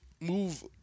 move